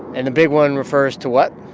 and the big one refers to what?